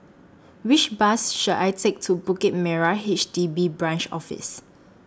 Which Bus should I Take to Bukit Merah H D B Branch Office